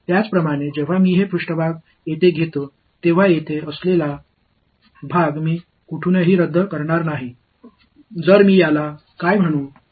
இதேபோல் நான் இந்த மேற்பரப்பு உறுப்பை இங்கே எடுத்துக் கொள்ளும்போது இங்குள்ள பகுதியை நான் எங்கிருந்தும் ரத்து செய்யப் போவதில்லை